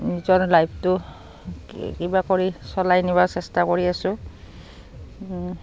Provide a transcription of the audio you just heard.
নিজৰ লাইফটো কিবা কৰি চলাই নিবাৰ চেষ্টা কৰি আছোঁ